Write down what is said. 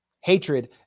hatred